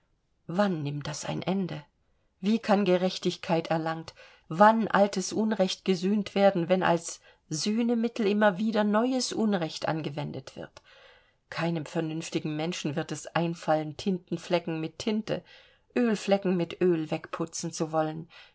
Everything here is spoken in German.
wann nimmt das ein ende wie kann gerechtigkeit erlangt wann altes unrecht gesühnt werden wenn als sühnemittel immer wieder neues unrecht angewendet wird keinem vernünftigen menschen wird es einfallen tintenflecken mit tinte ölflecken mit öl wegputzen zu wollen